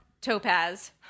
Topaz